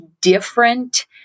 different